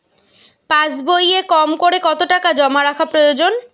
পাশবইয়ে কমকরে কত টাকা জমা রাখা প্রয়োজন?